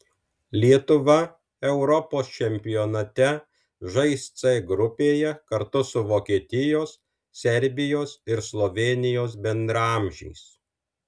lietuva europos čempionate žais c grupėje kartu su vokietijos serbijos ir slovėnijos bendraamžiais